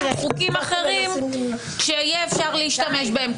חוקים אחרים שיהיה אפשר להשתמש בהם,